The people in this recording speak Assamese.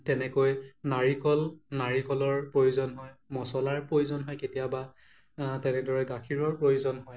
তেনেকৈ নাৰিকল নাৰিকলৰ প্ৰয়োজন হয় মছলাৰ প্ৰয়োজন হয় কেতিয়াবা তেনেদৰে গাখীৰৰ প্ৰয়োজন হয়